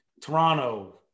toronto